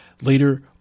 later